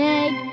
egg